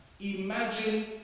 imagine